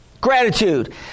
Gratitude